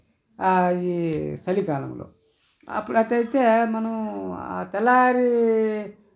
ఈ చలికాలంలో అప్పుడు అట్లయితే మనము తెల్లారి